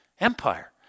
empire